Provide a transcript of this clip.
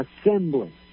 assembly